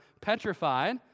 petrified